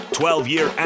12-year